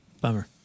Bummer